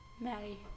Maddie